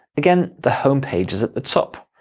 again, the homepage is at the top,